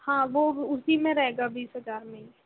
हाँ वह उसी में रहेगा बीस हज़ार में ही